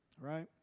Right